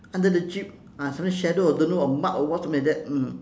under the jeep ah something shadow or don't know or mud or what something like that mm